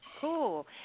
Cool